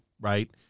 right